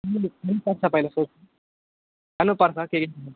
खानुपर्छ के के